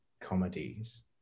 comedies